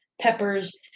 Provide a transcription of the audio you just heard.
peppers